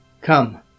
Come